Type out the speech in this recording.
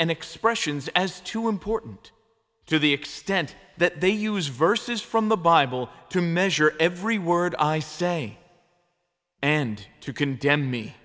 and expressions as too important to the extent that they use verses from the bible to measure every word i say and to condemn me